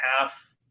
half